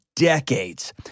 decades